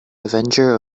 avenger